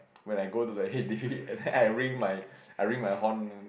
but when I go to the Head D and then I ring my I ring my horn